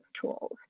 tools